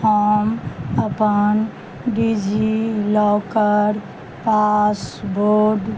हम अपन DigiLocker password